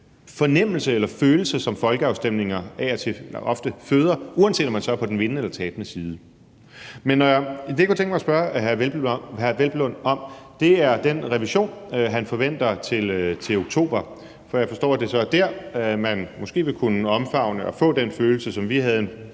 fornemmelse eller følelse, som folkeafstemninger ofte føder, uanset om man så er på den vindende eller tabende side. Men det, jeg kunne tænke mig at spørge hr. Peder Hvelplund om, er den revision, han forventer til oktober. Jeg forstår, at det så er dér, man måske vil kunne omfavne og få den følelse, som vi havde